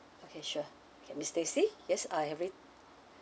okay sure K miss stacey yes I have already